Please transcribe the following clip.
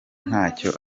ntacyo